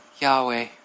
Yahweh